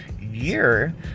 year